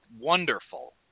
wonderful